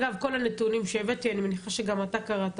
אגב כל הנתונים שהבאתי אני מניחה שגם אתה קראת,